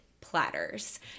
platters